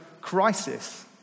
crisis